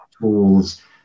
tools